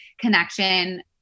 connection